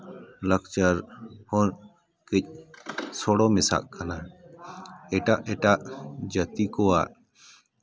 ᱞᱟᱠᱪᱟᱨ ᱦᱚᱸ ᱠᱟᱹᱪ ᱥᱚᱲᱚ ᱢᱮᱥᱟᱜ ᱠᱟᱱᱟ ᱮᱴᱟᱜ ᱮᱴᱟᱜ ᱡᱟᱹᱛᱤ ᱠᱚᱣᱟᱜ